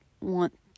want